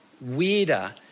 weirder